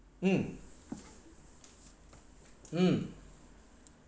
mm mm